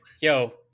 yo